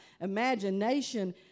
imagination